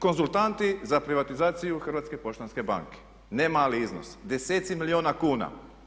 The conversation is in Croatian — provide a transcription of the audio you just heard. Konzultanti za privatizaciju Hrvatske poštanske banke, ne mali iznos, deseci milijuna kuna.